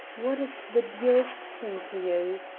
what is the dearest thing to you?